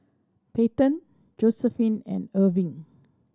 Peyton Josiephine and Erving